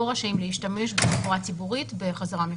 לא רשאים להשתמש בתחבורה הציבורית בחזרה מחו"ל.